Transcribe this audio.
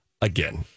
again